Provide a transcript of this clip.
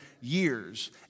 years